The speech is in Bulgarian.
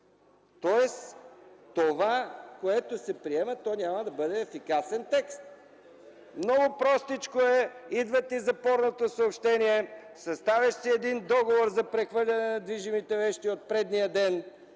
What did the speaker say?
Тоест това, което се приема, няма да бъде ефикасен текст. Много простичко е – идва ти запорното съобщение, съставяш си един договор за прехвърляне на движимите вещи от предния ден,